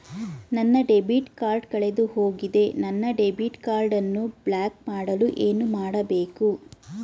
ನನ್ನ debit card ಕಳೆದುಹೋಗಿದೆ ನನ್ನ ಡೆಬಿಟ್ ಕಾರ್ಡ್ ಅನ್ನು ಬ್ಲಾಕ್ ಮಾಡಲು ಏನು ಮಾಡಬೇಕು?